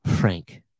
Frank